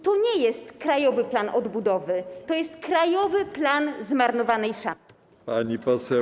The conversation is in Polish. To nie jest Krajowy Plan Odbudowy, to jest krajowy plan zmarnowanej szansy.